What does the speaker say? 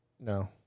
No